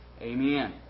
Amen